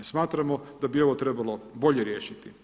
Smatramo da bi ovo trebalo bolje riješiti.